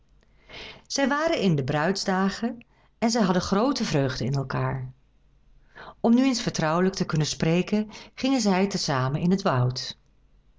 zij waren in de bruidsdagen en zij hadden groote vreugde in elkaar om nu eens vertrouwelijk te kunnen spreken gingen zij te zamen in het woud